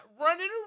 running